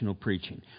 preaching